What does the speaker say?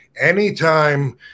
anytime